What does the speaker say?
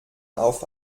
auf